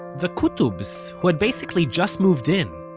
the qutobs, who had basically just moved in,